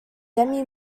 demi